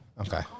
Okay